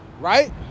right